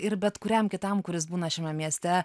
ir bet kuriam kitam kuris būna šiame mieste